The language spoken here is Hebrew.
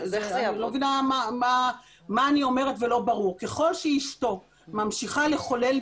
אני לא מבינה מה לא ברור במה שאני אומרת.